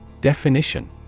Definition